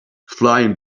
flying